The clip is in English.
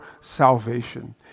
salvation